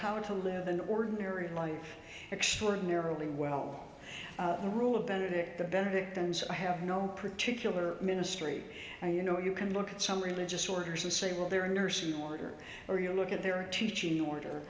how to live an ordinary life extraordinarily well the rule of benedict the benedict thems i have no particular ministry i you know you can look at some religious orders and say well they're a nurse in order or you look at their teaching order